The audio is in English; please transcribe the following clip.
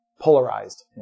polarized